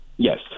Yes